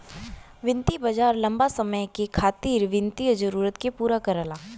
वित्तीय बाजार लम्बा समय के खातिर वित्तीय जरूरत के पूरा करला